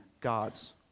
God's